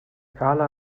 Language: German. karla